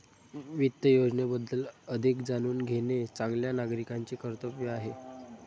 वित्त योजनेबद्दल अधिक जाणून घेणे चांगल्या नागरिकाचे कर्तव्य आहे